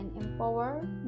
empower